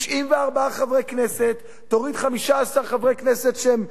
94 חברי כנסת, תוריד 15 חברי כנסת שהם,